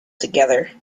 together